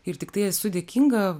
ir tiktai esu dėkinga